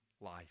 life